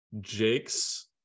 Jake's